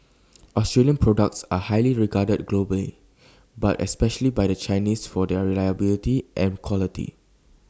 Australian products are highly regarded globally but especially by the Chinese for their reliability and quality